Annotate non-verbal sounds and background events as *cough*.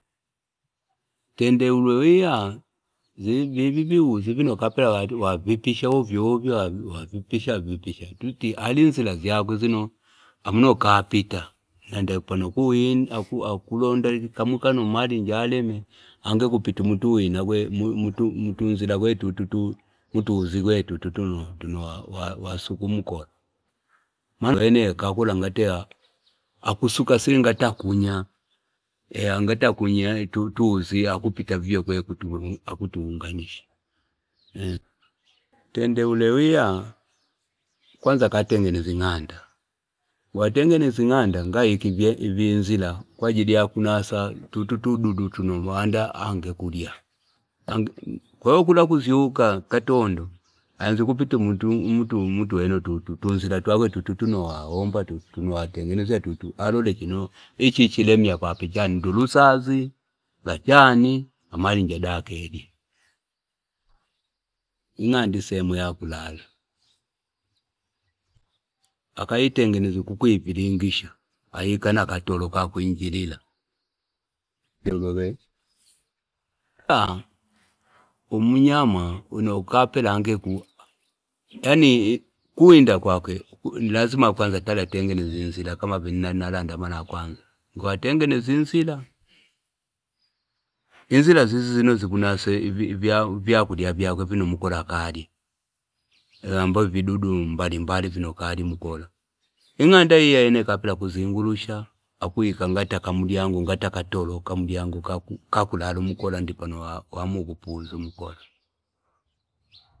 Twendeulwe wiya vivi viuzi vino akapela wavipishawa ovyo ovyo apitisha pisha alinzila zyakwe zino akapela akupita nandi pano aakuwinda akulonda kamwi kano wandi aleme ange akupita mutunzila kwne tu- tu- tutu matuuzi tutuu tune wasuka umukola wene akapela akausuka sile ngati akunya *unintelligible* utuuzi akupita vivyokwene ange akutuunganisha, *hesitation* tendeulwe wiya kwanza watengenezya ing'iandangi watengenezya inganda ngaaika nzila kwa ajili ya kunasa tutu utuduchu tuno mandi angekulya kwahiyo kula akuzyuka katondo aanzya kupita mutunzila twakwe tutu tuno watengenezya tutu tulo waomba ili aloole chino ichi lyemya ngi chani ndu ulusazi nga acha ni amalinji adake ing'ianda isehemu iyakulala akaitengenezya kukuipindi lizya aika na katolo kakwingilila *unintelligible* umunyama winoakapela ange yani ukuwinda kwake ilazima atale atengenezye inzilakama vino inalanda imala kwanza ngi watengenezya inzila inzila zizi azino zikanasa ivyokulya vyake vino umukola akalya amabao ividudu mabalimbali vino umukola akalya ing'onda iya yene akapela akuzungulusha akuika umlyango ngati akatila kamlyango kakulala umukola ngi wawakupuza mukola.